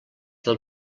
del